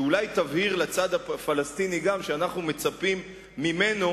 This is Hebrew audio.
שאולי תבהיר לצד הפלסטיני שאנחנו מצפים ממנו